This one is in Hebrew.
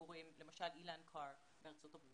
גורם כמו למשל אילן קאר בארצות הברית,